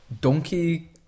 Donkey